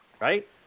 right